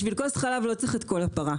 בשביל כוס חלב לא צריך את כל הפרה.